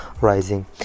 rising